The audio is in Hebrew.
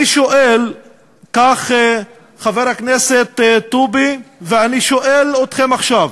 כך חבר הכנסת טובי, ואני שואל אתכם עכשיו,